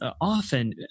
often